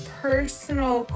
personal